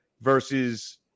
versus